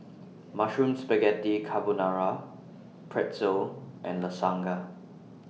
Mushroom Spaghetti Carbonara Pretzel and Lasagna S